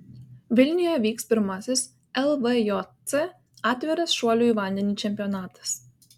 vilniuje vyks pirmasis lvjc atviras šuolių į vandenį čempionatas